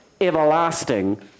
everlasting